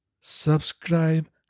Subscribe